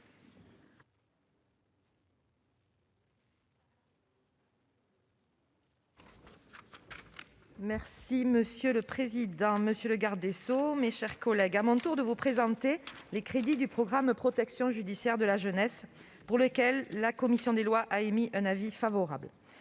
avis. Monsieur le président, monsieur le garde des sceaux, mes chers collègues, il m'appartient de vous présenter les crédits du programme « Protection judiciaire de la jeunesse », sur lesquels la commission des lois a émis un avis favorable.